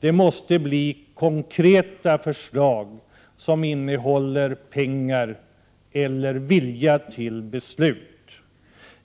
Det måste bli konkreta förslag som innebär pengar eller vilja till beslut.